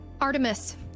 Artemis